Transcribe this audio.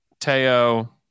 Teo